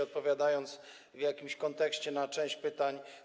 Odpowiadam w jakimś kontekście na część pytań.